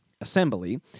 assembly